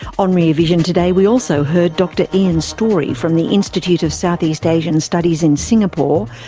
on rear vision today we also heard dr ian storey from the institute of southeast asian studies in singapore,